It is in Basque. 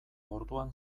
orduan